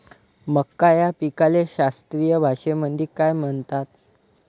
मका या पिकाले शास्त्रीय भाषेमंदी काय म्हणतात?